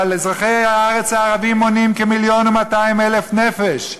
אבל אזרחי הארץ הערבים מונים כמיליון ו-200,000 נפש,